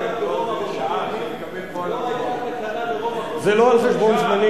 תקנה לרומא חוץ משרפה.